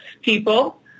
people